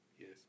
Yes